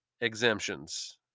exemptions